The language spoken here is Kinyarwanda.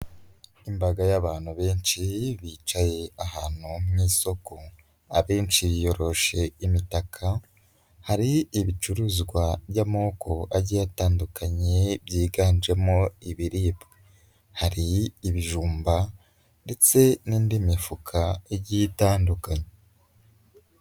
Imbaga y'abantu benshi bicaye ahantu mu isoko. Abenshi biyoroshe imitaka, hari ibicuruzwa by'amoko agiye atandukanye byiganjemo ibiribwa. Hari ibijumba ndetse n'indi mifuka igiye itandukanye.